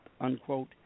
unquote